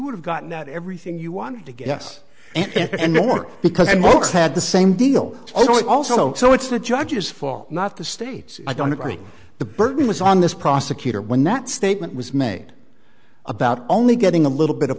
would have gotten that everything you wanted to guess and then because i had the same deal also so it's the judge's fault not the state's i don't agree the burden was on this prosecutor when that statement was made about only getting a little bit of